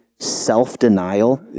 self-denial